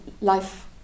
life